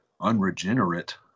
unregenerate